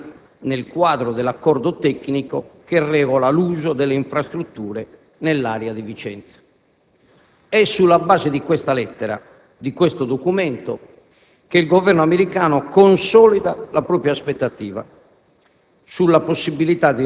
e formalizzarli nel quadro dell'accordo tecnico che regola l'uso delle infrastrutture nell'area di Vicenza». È sulla base di questa lettera, di questo documento che il Governo americano consolida la propria aspettativa